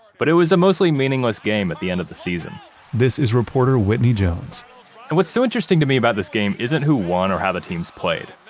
but it was a mostly meaningless game at the end of the season this is reporter, whitney jones what's so interesting to me about this game isn't who won or how the two teams played,